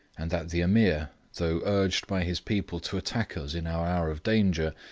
and that the ameer, though urged by his people to attack us in our hour of danger,